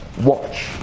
watch